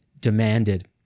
demanded